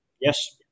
Yes